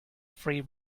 free